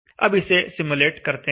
अब इसे सिम्युलेट करते हैं